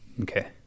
Okay